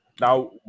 now